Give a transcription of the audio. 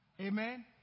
Amen